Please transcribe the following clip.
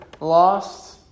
lost